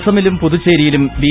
അസ്സമിലും പുതുച്ചേരിയിലും ബി